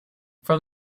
from